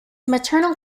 maternal